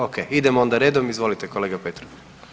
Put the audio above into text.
Okej, idemo onda redom, izvolite kolega Petrov.